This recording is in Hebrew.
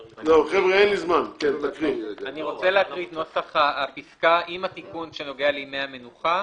אני רוצה להקריא את נוסח הפסקה עם התיקון שנוגע לימי המנוחה.